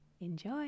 Enjoy